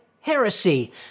Heresy